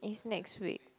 is next week